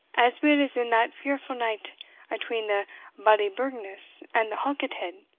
as weel as in that fearful night atween the ballyburghness and the halket-head.